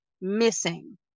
missing